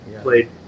played